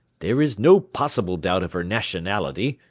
there is no possible doubt of her nationality,